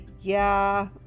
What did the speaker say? Yeah